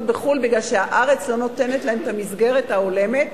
בחו"ל מפני שהארץ לא נותנת להם את המסגרת ההולמת.